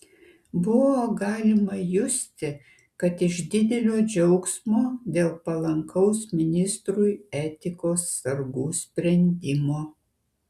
buvo galima justi kad iš didelio džiaugsmo dėl palankaus ministrui etikos sargų sprendimo